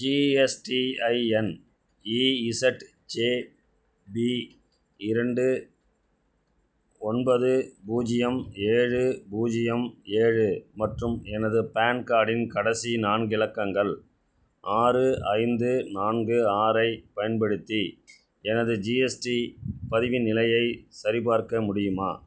GSTIN E Z J P இரண்டு ஒன்பது பூஜ்ஜியம் ஏழு பூஜ்ஜியம் ஏழு மற்றும் எனது பான் கார்டின் கடைசி நான்கு இலக்கங்கள் ஆறு ஐந்து நான்கு ஆறு ஐப் பயன்படுத்தி எனது ஜிஎஸ்டி பதிவின் நிலையைச் சரிபார்க்க முடியுமா